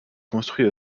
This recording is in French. construit